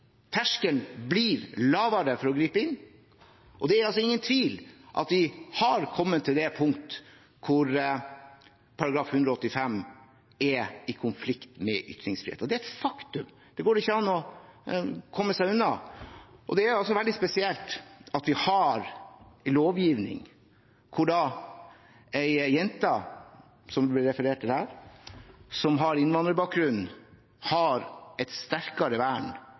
Terskelen blir lavere for å gripe inn. Og det er ingen tvil om at vi har kommet til det punkt hvor § 185 er i konflikt med ytringsfriheten. Det er et faktum. Det går det ikke an å komme seg unna. Det er veldig spesielt at vi har en lovgivning hvor en jente, som det ble referert til her, som har innvandrerbakgrunn, har et sterkere vern